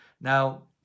Now